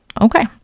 okay